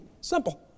simple